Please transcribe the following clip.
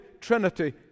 Trinity